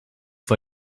for